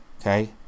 okay